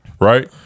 right